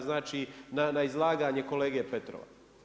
Znači na izlaganje kolege Petrova.